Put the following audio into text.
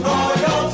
Royals